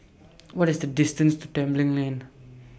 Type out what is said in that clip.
What IS The distance to Tembeling Lane